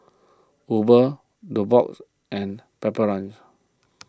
Uber Nubox and Pepper Lunch